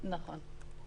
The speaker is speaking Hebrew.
נכון.